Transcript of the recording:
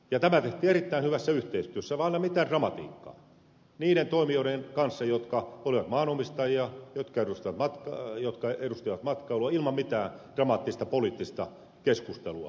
ja tämä tehtiin erittäin hyvässä yhteistyössä vailla mitään dramatiikkaa niiden toimijoiden kanssa jotka olivat maanomistajia jotka edustivat matkailua ilman mitään dramaattista poliittista keskustelua